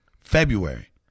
February